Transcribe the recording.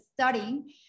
studying